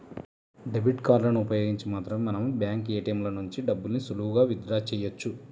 debit కార్డులను ఉపయోగించి మాత్రమే మనం బ్యాంకు ఏ.టీ.యం ల నుంచి డబ్బుల్ని సులువుగా విత్ డ్రా చెయ్యొచ్చు